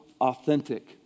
authentic